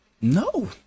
No